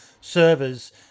servers